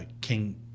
King